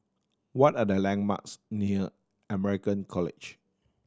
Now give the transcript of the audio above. what are the landmarks near American College